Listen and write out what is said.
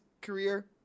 career